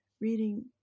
reading